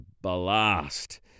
blast